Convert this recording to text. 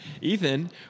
Ethan